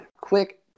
quick